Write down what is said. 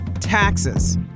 Taxes